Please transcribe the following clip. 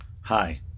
Hi